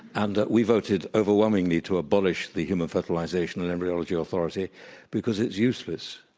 and we voted overwhelmingly to abolish the human fertilisation and embryology authority because it's useless.